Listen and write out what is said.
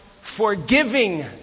forgiving